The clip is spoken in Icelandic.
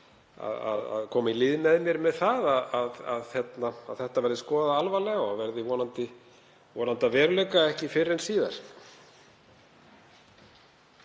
að koma í lið með mér um að þetta verði skoðað alvarlega og verði vonandi að veruleika fyrr en síðar.